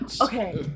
Okay